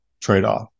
trade-off